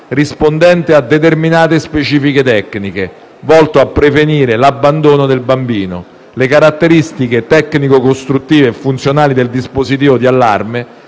rispondente a determinate specifiche tecniche, volto a prevenire l'abbandono del bambino. Le caratteristiche tecnico-costruttive e funzionali del dispositivo di allarme